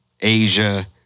Asia